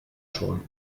schon